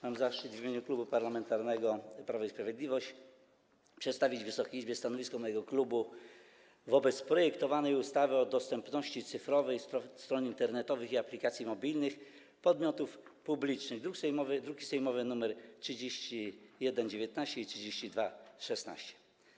Mam zaszczyt w imieniu Klubu Parlamentarnego Prawo i Sprawiedliwość przedstawić Wysokiej Izbie stanowisko mojego klubu wobec projektowanej ustawy o dostępności cyfrowej stron internetowych i aplikacji mobilnych podmiotów publicznych, druki sejmowe nr 3119 i 3216.